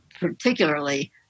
particularly